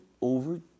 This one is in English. over